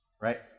Right